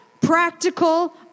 practical